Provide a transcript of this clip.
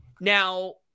now